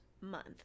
month